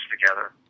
together